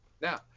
Now